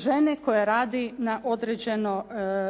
žene koja radi